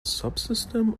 subsystem